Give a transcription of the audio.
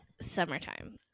summertime